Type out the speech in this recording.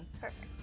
Perfect